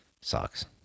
Sucks